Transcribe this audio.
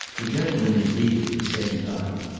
the gentleman indeed, at the same time,